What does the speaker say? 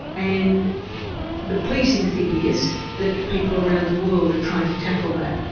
and the pleasing thing is that people around the world are trying to tackle that.